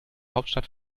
hauptstadt